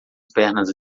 pernas